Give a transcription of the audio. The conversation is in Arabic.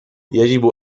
يجب